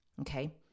Okay